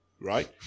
Right